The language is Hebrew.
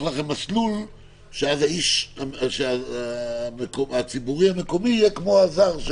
להם מסלול שאז הציבורי המקומי יהיה כמו הזר,